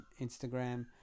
instagram